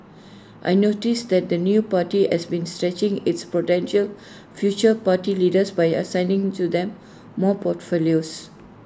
I noticed that the new party has been stretching its potential future party leaders by assigning to them more portfolios